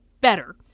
better